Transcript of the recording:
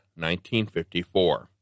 1954